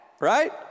right